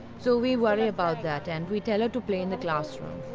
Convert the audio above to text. so we worry about that and we tell her to play in the classroom.